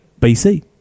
bc